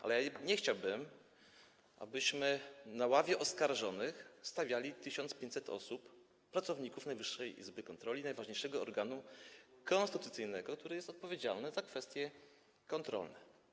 Ale nie chciałbym, abyśmy na ławie oskarżonych stawiali 1500 osób, pracowników Najwyższej Izby Kontroli, najważniejszego organu konstytucyjnego, który jest odpowiedzialny za kwestie kontrolne.